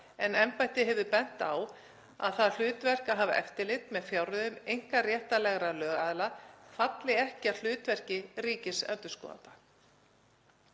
en embættið hefur bent á að það hlutverk að hafa eftirlit með fjárreiðum einkaréttarlegra lögaðila falli ekki að hlutverki ríkisendurskoðanda.